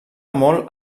molt